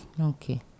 Okay